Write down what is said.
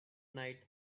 night